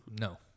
No